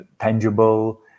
tangible